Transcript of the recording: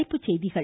தலைப்புச் செய்திகள்